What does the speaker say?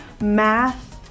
math